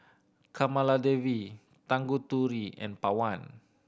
Kamaladevi Tanguturi and Pawan